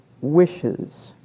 wishes